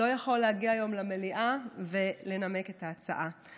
לא יכול להגיע היום למליאה ולנמק את ההצעה.